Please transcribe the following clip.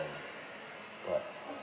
but